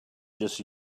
just